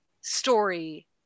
story